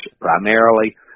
primarily